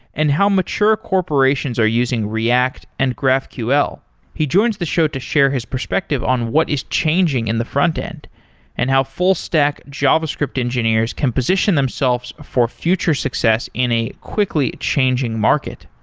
and how mature corporations are using react and graphql. he joins the show to share his perspective on what is changing in the frontend and how full stack javascript engineers can position themselves for future success in a quickly changing market.